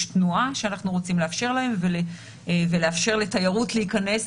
תנועה שאנחנו רוצים לאפשר ולאפשר לתיירות להיכנס,